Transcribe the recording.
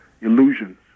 Illusions